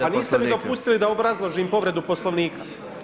Pa niste mi dopustili da obrazložim povredu poslovnika.